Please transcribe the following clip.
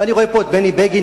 ואני רואה פה את בני בגין,